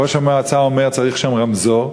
ראש המועצה אומר: צריך שם רמזור,